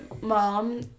mom